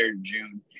June